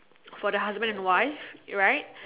for the husband and wife right